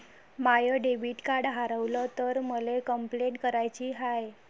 माय debit card हारवल तर मले कंपलेंट कराची हाय